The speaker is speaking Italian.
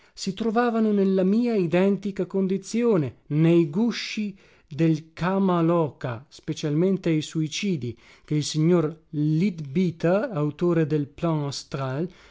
si trovavano nella mia identica condizione nei gusci del kmaloka specialmente i suicidi che il signor leadbeater autore del